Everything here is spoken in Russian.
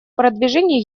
продвижения